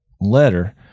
letter